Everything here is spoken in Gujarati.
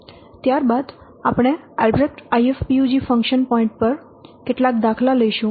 ત્યારબાદ આપણે આલ્બ્રેક્ટIFPUG function point AlbrechtIFPUG function points પર કેટલાક દાખલા લઈશું